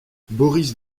boris